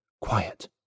Quiet